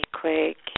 quick